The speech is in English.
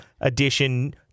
edition